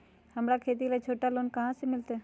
हमरा खेती ला छोटा लोने कहाँ से मिलतै?